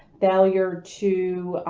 failure to,